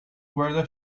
guarda